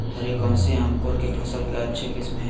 हरी कौन सी अंकुर की फसल के अच्छी किस्म है?